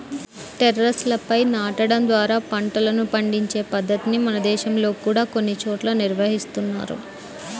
టెర్రస్లపై నాటడం ద్వారా పంటలను పండించే పద్ధతిని మన దేశంలో కూడా కొన్ని చోట్ల నిర్వహిస్తున్నారు